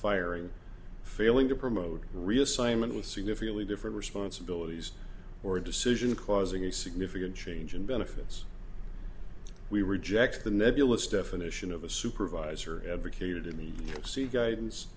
firing failing to promote reassignment with significantly different responsibilities or decision causing a significant change in benefits we reject the nebulous definition of a supervisor advocated in the c guidance